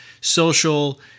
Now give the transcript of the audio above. social